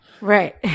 Right